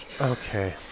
Okay